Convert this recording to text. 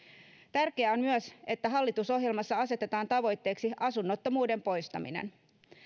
tärkeää on myös että hallitusohjelmassa asetetaan tavoitteeksi asunnottomuuden poistaminen